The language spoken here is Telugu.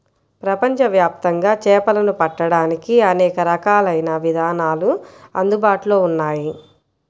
ప్రపంచవ్యాప్తంగా చేపలను పట్టడానికి అనేక రకాలైన విధానాలు అందుబాటులో ఉన్నాయి